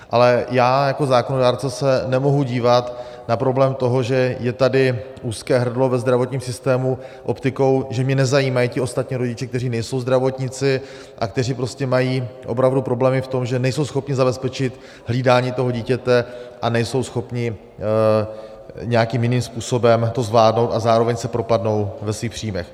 Ale já jako zákonodárce se nemohu dívat na problém toho, že je tady úzké hrdlo ve zdravotním systému, optikou, že mě nezajímají ti ostatní rodiče, kteří nejsou zdravotníci a kteří mají opravdu problémy v tom, že nejsou schopni zabezpečit hlídání dítěte a nejsou schopni nějakým jiným způsobem to zvládnout, a zároveň se propadnou ve svých příjmech.